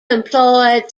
employed